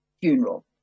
funeral